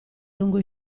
lungo